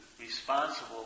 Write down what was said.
responsible